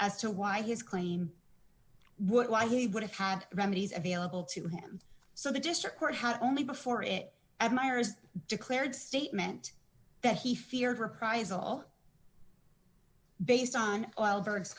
as to why his claim would lie he would have had remedies available to him so the district court had only before it admires declared statement that he feared reprisal based on wild birds